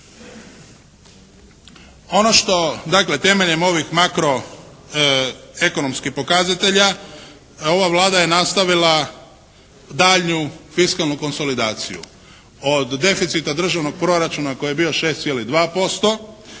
Ono što dakle temeljem ovih makroekonomskih pokazatelja ova Vlada je nastavila daljnju fiskalnu konsolidaciju. Od deficita državnog proračuna koji je bio 6,2%